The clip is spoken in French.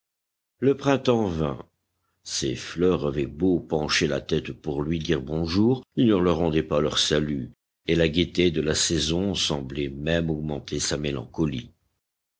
le printemps vint ses fleurs avaient beau pencher la tête pour lui dire bonjour il ne leur rendait pas leur salut et la gaieté de la saison semblait même augmenter sa mélancolie